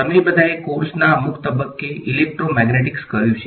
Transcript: તમે બધાએ કોર્સના અમુક તબક્કે ઇલેક્ટ્રોમેગ્નેટિક્સ કર્યું છે